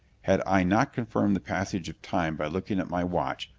had i not confirmed the passage of time by looking at my watch,